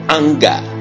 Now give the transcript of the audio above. anger